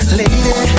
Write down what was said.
lady